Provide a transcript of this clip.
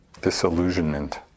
Disillusionment